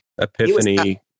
epiphany